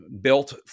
built